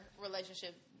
relationship